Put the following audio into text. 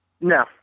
No